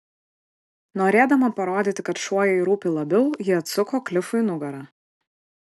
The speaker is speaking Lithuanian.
norėdama parodyti kad šuo jai rūpi labiau ji atsuko klifui nugarą